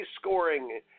scoring